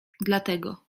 dlatego